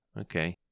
Okay